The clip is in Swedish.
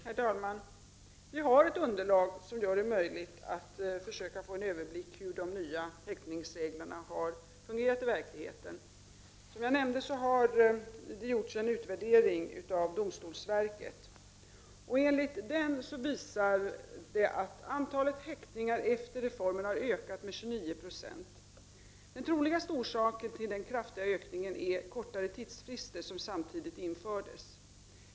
Herr talman! Vi har ett underlag som gör det möjligt att försöka få en överblick över hur de nya häktningsreglerna har fungerat i verkligheten. Som jag nämnde har domstolsverket gjort en utvärdering. Den visar att antalet häktningar efter reformen har ökat med 29 26. Den troligaste orsaken till den kraftiga ökningen är de kortare tidsfrister som samtidigt infördes.